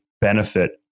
benefit